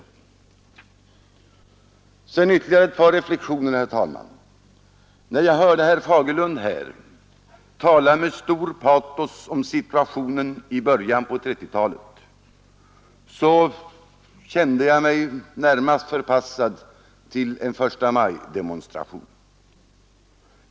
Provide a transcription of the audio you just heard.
Sedan vill jag göra ytterligare ett par reflexioner, herr talman. När jag hörde herr Fagerlund tala med stort patos om situationen på 1930-talet kände jag mig närmast förpassad till en förstamajdemonstration.